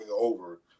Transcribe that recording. over